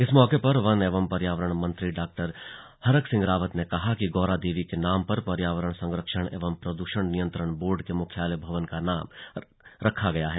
इस मौके पर वन एवं पर्यावरण मंत्री डॉ हरक सिंह रावत ने कहा कि गौरा देवी के नाम पर पर्यावरण संरक्षण एवं प्रदूषण नियंत्रण बोर्ड के मुख्यालय भवन का नाम रखा गया है